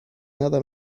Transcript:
nada